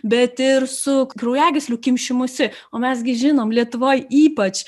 bet ir su kraujagyslių kimšimusi o mes gi žinom lietuvoj ypač